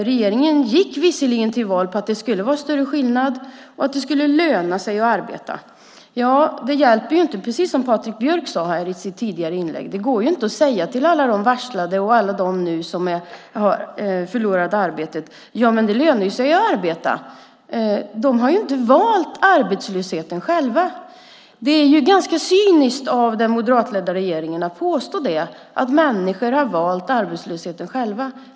Regeringen gick visserligen till val på att det skulle vara större skillnader och att det skulle löna sig att arbeta, men precis som Patrik Björck sade här i sitt tidigare inlägg går det inte att säga till alla de varslade och alla dem som nu har förlorat arbetet att det lönar sig att arbeta. De har ju inte valt arbetslösheten själva. Det är ganska cyniskt av den moderatledda regeringen att påstå att människor har valt arbetslösheten själva.